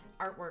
Artwork